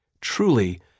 Truly